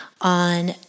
on